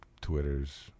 Twitter's